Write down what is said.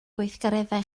gweithgareddau